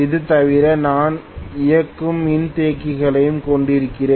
இது தவிர நான் இயங்கும் மின்தேக்கியையும் கொண்டிருக்கிறேன்